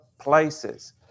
places